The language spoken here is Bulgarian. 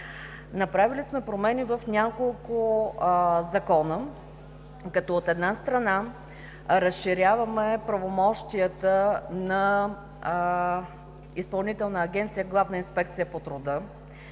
Направили сме промени в няколко закона като, от една страна, разширяваме правомощията на Изпълнителна агенция „Главна инспекция по труда“,